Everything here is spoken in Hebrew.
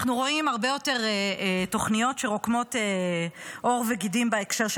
אנחנו רואים הרבה יותר תוכניות שקורמות עור וגידים בהקשר של